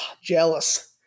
jealous